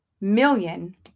million